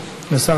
אדוני סגן שר